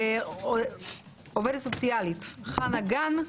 עובדת סוציאלית חנה גן,